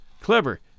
clever